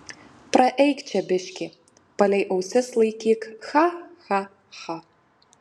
praeik čia biškį palei ausis laikyk cha cha cha